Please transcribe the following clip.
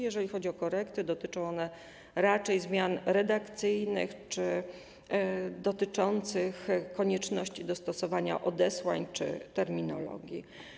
Jeżeli chodzi o korekty, dotyczą one raczej zmian redakcyjnych lub dotyczących konieczności dostosowania odesłań czy terminologii.